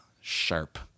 sharp